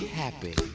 happy